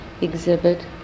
exhibit